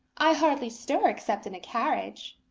i hardly stir except in a carriage.